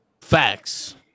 Facts